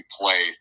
play